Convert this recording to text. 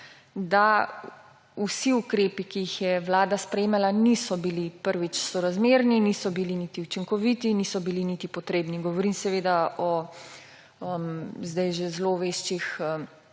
da vsi ukrepi, ki jih je vlada sprejemala, niso bili sorazmerni, niso bili niti učinkoviti, niso bili niti potrebni. Govorim o sedaj že zloveščih